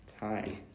time